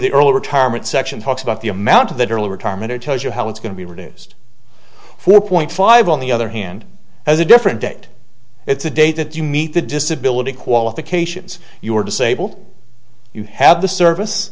the early retirement sections talks about the amount of that early retirement or tells you how it's going to be reduced four point five on the other hand has a different date it's a date that you meet the disability qualifications you are disabled you have the service